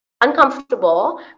uncomfortable